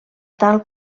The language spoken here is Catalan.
tal